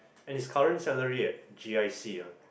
and his current salary at G_I_C uh